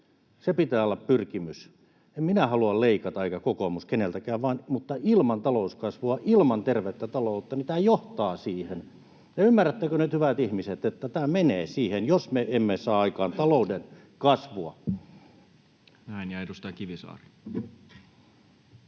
pitää olla pyrkimys. En minä halua leikata, eikä kokoomus, keneltäkään, mutta ilman talouskasvua, ilman tervettä taloutta tämä johtaa siihen. Ymmärrättekö nyt hyvät ihmiset, että tämä menee siihen, jos me emme saa aikaan talouden kasvua? [Speech 366] Speaker: